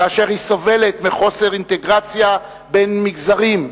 כאשר היא סובלת מחוסר אינטגרציה בין מגזרים,